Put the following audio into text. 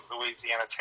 Louisiana